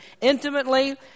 intimately